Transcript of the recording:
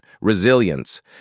resilience